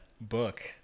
book